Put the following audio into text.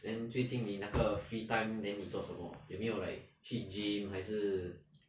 then 最近你那个 free time then 你做什么有没有 like 去 gym 还是